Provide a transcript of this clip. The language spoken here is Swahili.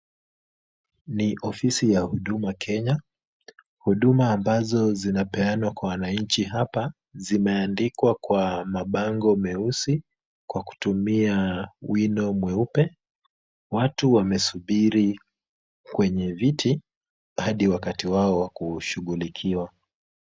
Ni ofisi ya huduma Kenya, huduma ambazo zinapeanwa kwa wananchi hapa zimeandikwa kwa mabango meusi kwa kutumia wino mweupe .Watu wamesubiri kwenye viti hadi wakati wao wa kumshughulikiwa.